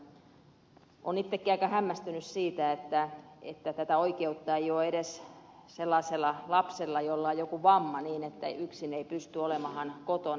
olen itsekin aika hämmästynyt siitä että tätä oikeutta ei ole edes sellaisella lapsella jolla on joku vamma niin että yksin ei pysty olemaan kotona